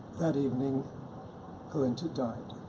that evening clint had died.